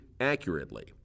accurately